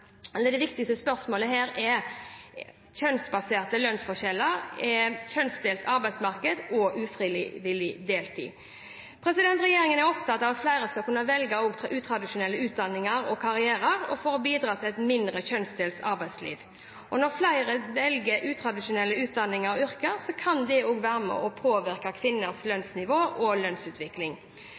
ufrivillig deltid. Regjeringen er opptatt av at flere skal kunne velge utradisjonelle utdanninger og karrierer for å bidra til et mindre kjønnsdelt arbeidsliv. Når flere velger utradisjonelle utdanninger og yrker, kan det være med og påvirke kvinners lønnsnivå og lønnsutvikling.